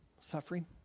suffering